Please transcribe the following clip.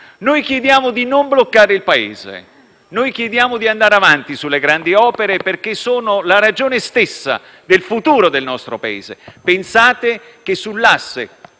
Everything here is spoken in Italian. Noi chiediamo di non bloccare il Paese e di andare avanti sulle grandi opere, perché sono la ragione stessa del futuro del nostro Paese. Pensate che sull'asse